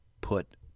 put